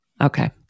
Okay